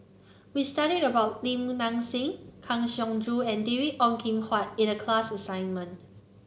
we studied about Lim Nang Seng Kang Siong Joo and David Ong Kim Huat in the class assignment